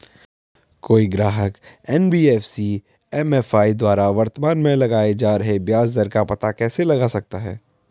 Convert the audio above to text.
कोई ग्राहक NBFC MFI द्वारा वर्तमान में लगाए जा रहे ब्याज दर का पता कैसे लगा सकता है?